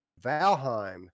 Valheim